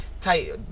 Tight